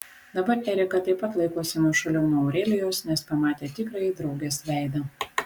dabar erika taip pat laikosi nuošaliau nuo aurelijos nes pamatė tikrąjį draugės veidą